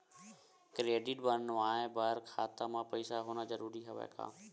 Credit बनवाय बर खाता म पईसा होना जरूरी हवय का?